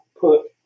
put